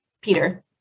Peter